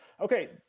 okay